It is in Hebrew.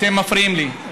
אתם מפריעים לי.